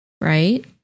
Right